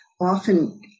often